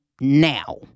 now